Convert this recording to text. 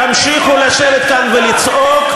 תמשיכו לשבת כאן ולצעוק,